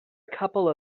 couple